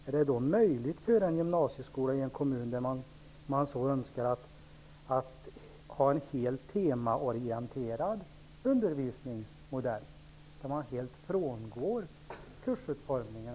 Är det möjligt för en gymnasieskola i en kommun att, om man så önskar, ha en helt temaorienterad undervisningsmodell, där man helt frångår kursutformningen?